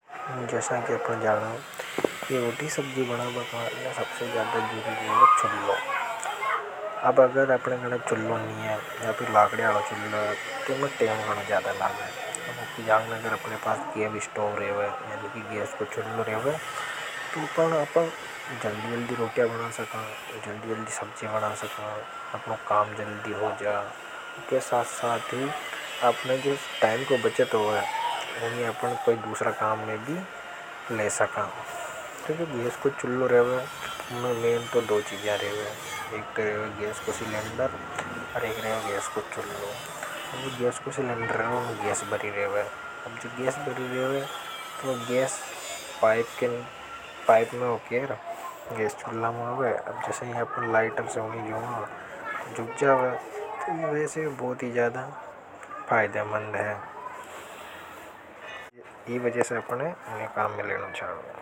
जैसा किअपन जानां रोटी सब्जी बना काने सबसे ज्यादा जरूरी रेवे चूल्हा लोग अब अगर अपने चूल्हों नहीं है या फिर। तो उमें टेम घनों ज्यादा लगा लकड़ियां हालों छूलो है उन्होंने पास यह भी स्टोंड रहिए हैं यह जो रहता है तो पर जनदी या भी रोका बना सका जल्दी या जल्दी सबचे। अपनों काम जल्दी हो जाओ के साथ साथ ही आपने जिस टाइम को बचते होवे ऊनी अपने कोई दूसरा काम में भी। नहीं सका तो गैस को चुलू रेवे तो दो चीजा रेवेे हुए एक करेगा गैस को सिलेंडर और एक रहे हैं गैस को चूल्हों। देखिए अब इसको सिलेंडर रूप गैस बरी रेवे है अब जो गैस बरी रेवे है तो गैस पाइप के लिए पाइप में होकर गैस चुला। में जावे अब जैसे ही हम लाइटर शुरू होनी यह वजह से बहुत ही ज्यादा फायदामंद है। कि यह वजह से अपने काम में लेनी छांवे।